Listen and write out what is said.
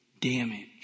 damage